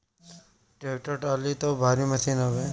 tractor trolley तअ भारी machine हवे